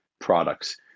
products